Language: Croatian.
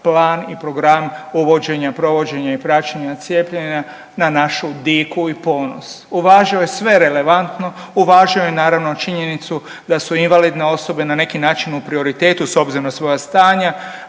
plan i program uvođenja, provođenja i praćenja cijepljenja na našu diku i ponos. Uvažio je sve relevantno, uvažio je naravno činjenicu da su invalidne osobe na neki način u prioritetu s obzirom na svoja stanja